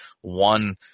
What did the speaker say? one